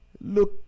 Look